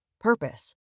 Purpose